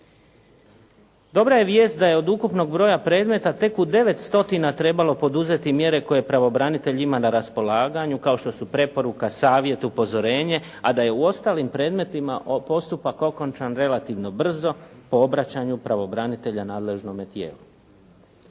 Dobra je vijest da je od ukupnog broja predmeta tek u 900 trebalo poduzeti mjere koje pravobranitelj ima na raspolaganju kao što su preporuka, savjet, upozorenje, a da je u ostalim predmetima postupak okončan relativno brzo po obraćanju pravobranitelja nadležnome tijelu.